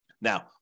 Now